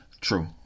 true